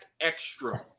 extra